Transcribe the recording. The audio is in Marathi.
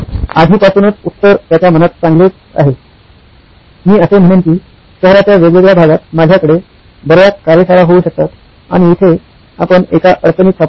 आधीपासूनच उत्तर त्याच्या मनात चांगलेच आहे मी असे म्हणेन की शहराच्या वेगवेगळ्या भागात माझ्याकडे बर्याच कार्यशाळा होऊ शकतात आणि इथे आपण एका अडचणीत सापडतो